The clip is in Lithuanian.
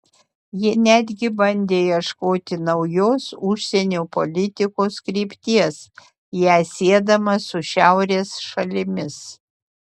ji netgi bandė ieškoti naujos užsienio politikos krypties ją siedama su šiaurės šalimis